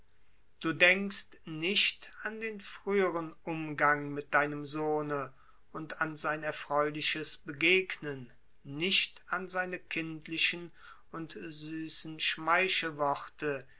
du denkst nicht an den umgang mit deinem sohne und an sein erfreuliches begegnen nicht an seine kindlichen und süßen